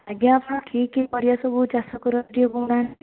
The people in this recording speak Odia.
ଆଜ୍ଞା ଆପଣ କି କି ପରିବା ସବୁ ଚାଷ କରନ୍ତି କହୁନାହାନ୍ତି